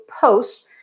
post